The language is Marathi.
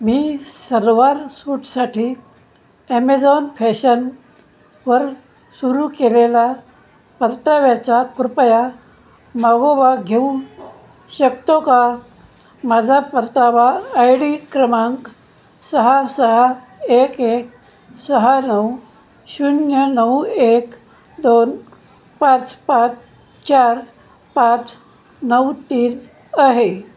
मी सलवार सूटसाठी ॲमेझॉन फॅशन वर सुरू केलेला परताव्याचा कृपया मागोवा घेऊ शकतो का माझा परतावा आय डी क्रमांक सहा सहा एक एक सहा नऊ शून्य नऊ एक दोन पाच पाच चार पाच नऊ तीन आहे